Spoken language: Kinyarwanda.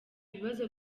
ibibazo